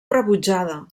rebutjada